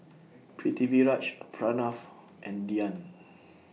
Pritiviraj Pranav and Dhyan